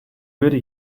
würde